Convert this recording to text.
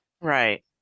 Right